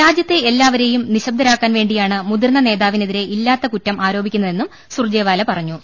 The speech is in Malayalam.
രാജ്യത്തെ എല്ലാവ രെയും നിശബ്ദരാക്കാൻ വേണ്ടിയാണ് മുതിർന്ന നേതാവിനെ തിരെ ഇല്ലാത്ത കുറ്റം ആരോപിക്കുന്നതെന്നും സുർജെവാല പറ ഞ്ഞു